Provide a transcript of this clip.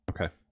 Okay